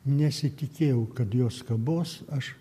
nesitikėjau kad jos kabos aš